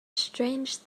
strange